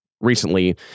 recently